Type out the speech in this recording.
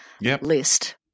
list